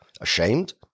ashamed